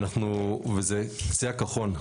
ואנחנו, וזה קצה הקרחון.